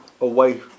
away